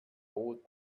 old